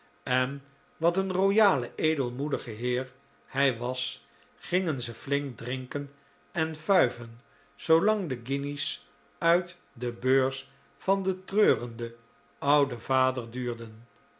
en wat een royale edelmoedige heer hij was gingen ze flink drinken en fuiven zoolang de guinjes uit de beurs van den treurenden ouden vader